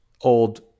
old